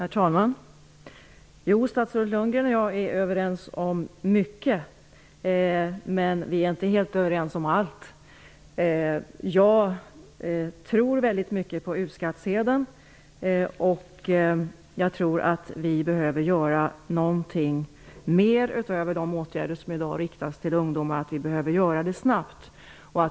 Herr talman! Jo, statsrådet Lundgren och jag är överens om mycket, men vi är inte helt överens om allt. Jag tror mycket på U-skattsedeln. Jag tror att vi behöver göra något mer, utöver de åtgärder som i dag riktas till ungdomar, och att vi behöver göra det snabbt.